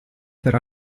per